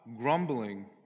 grumbling